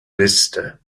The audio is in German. liste